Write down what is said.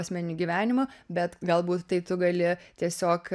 asmeniniu gyvenimu bet galbūt tai tu gali tiesiog